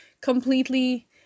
completely